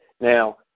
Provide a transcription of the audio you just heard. Now